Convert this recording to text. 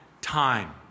time